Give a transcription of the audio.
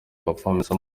performance